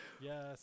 Yes